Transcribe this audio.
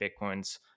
Bitcoin's